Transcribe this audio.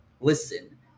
listen